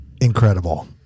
incredible